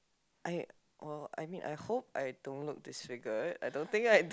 I well I mean I hope I don't look disfigured I don't think I